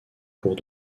cours